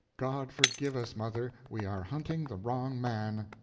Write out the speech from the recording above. god forgive us, mother, we are hunting the wrong man!